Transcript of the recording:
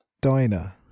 diner